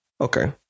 okay